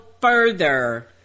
further